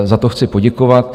Za to chci poděkovat.